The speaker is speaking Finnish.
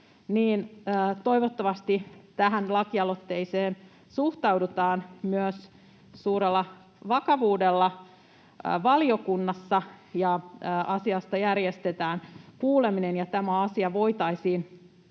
toivottavasti tähän lakialoitteeseen myös suhtaudutaan suurella vakavuudella valiokunnassa ja asiasta järjestetään kuuleminen ja tämä asia voitaisiin